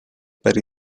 per